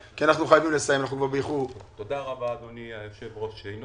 תודה רבה היושב ראש.